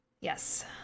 Yes